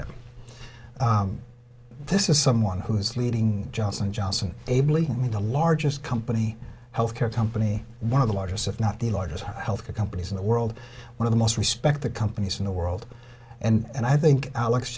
him this is someone who is leading johnson and johnson ably i mean the largest company health care company one of the largest if not the largest health care companies in the world one of the most respected companies in the world and i think alex